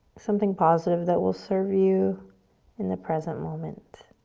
something positive that will serve you in the present moment.